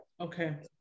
okay